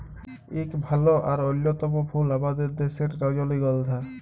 ইক ভাল আর অল্যতম ফুল আমাদের দ্যাশের রজলিগল্ধা